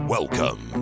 Welcome